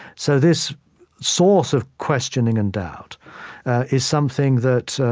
so this source of questioning and doubt is something that,